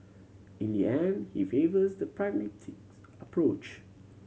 in the end he favours the pragmatics approach